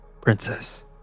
Princess